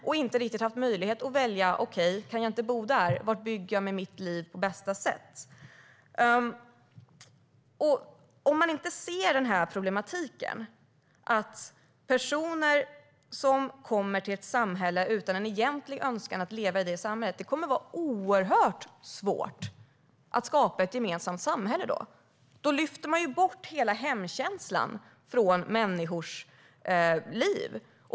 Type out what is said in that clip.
De har inte riktigt haft möjlighet att välja var de ska bygga sitt liv på bästa sätt, om de inte kan bo där. Om man inte ser problematiken i att personer kommer till ett samhälle utan en egentlig önskan att leva där blir det oerhört svårt att skapa ett gemensamt samhälle. Då lyfter man bort hela hemkänslan från människors liv.